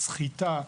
סחיטה,